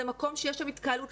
זה מקום שיש שם התקהלות,